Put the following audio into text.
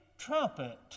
trumpet